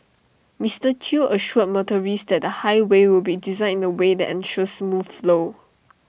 Mister chew assured motorist that the highway will be designed in A way that ensures smooth flow